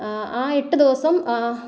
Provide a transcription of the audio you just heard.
ആ എട്ടു ദിവസം